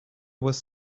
was